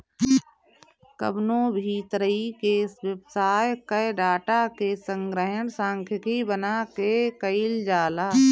कवनो भी तरही के व्यवसाय कअ डाटा के संग्रहण सांख्यिकी बना के कईल जाला